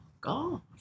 God